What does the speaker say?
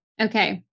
Okay